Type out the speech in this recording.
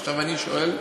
עכשיו אני עונה.